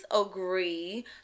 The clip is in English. agree